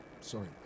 sorry